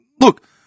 Look